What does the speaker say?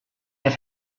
have